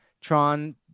Tron